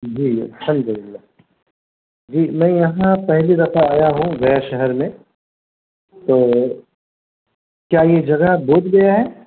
جی جی الحمدللہ جی میں یہاں پہلی رفع آیا ہوں غیر شہر میں تو کیا یہ جگہ بدھ گیا ہے